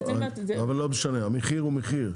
לא משנה, אבל המחיר הוא מחיר,